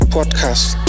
Podcast